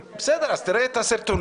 בגלל זה יש על זה פיקוח של